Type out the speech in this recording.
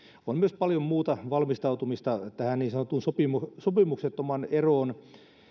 on myös paljon muuta valmistautumista tähän niin sanottuun sopimuksettomaan eroon